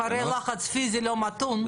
אחרי לחץ פיזי לא מתון.